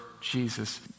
Jesus